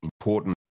important